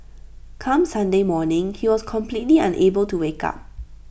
come Sunday morning he was completely unable to wake up